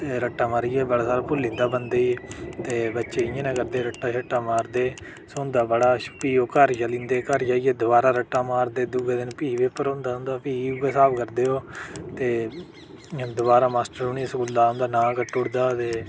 रट्टा मारियै बड़ा सारा भुल्ली जंदा ते बच्चे इं'या नेहं करदे ते रट्टा शट्टा मारदे स्होंदा बड़ा ओह् भी घर चली जंदे ते घर जाइयै दोबारा रट्टा मारदे दूऐ दिन भी पेपर होंदा उं'दा भी उ'ऐ स्हाब करदे ओह् ते दोबारा मास्टर उ'नेंई स्कूला दा नांऽ कट्टी ओड़दा ते